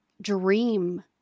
Dream